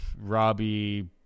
Robbie